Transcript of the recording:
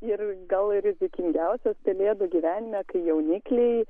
ir gal rizikingiausias pelėdų gyvenime kai jaunikliai